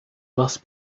must